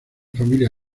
familia